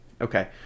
Okay